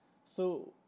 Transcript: so